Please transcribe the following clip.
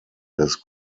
des